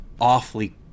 awfully